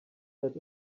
that